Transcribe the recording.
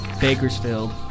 Bakersfield